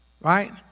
right